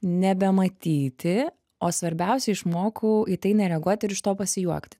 nebematyti o svarbiausia išmokau į tai nereaguoti ir iš to pasijuokti